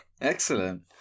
Excellent